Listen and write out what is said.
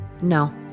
No